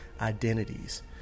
identities